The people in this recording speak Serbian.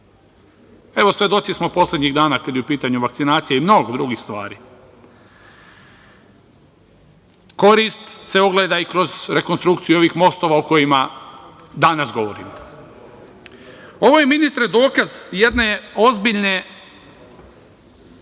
Svedoci smo poslednjih dana kada je pitanju vakcinacija i mnogo drugih stvari. Korist se ogleda i kroz rekonstrukciju ovih mostova o kojima danas govorimo. Ovo je, ministre, dokaz jedne ozbiljne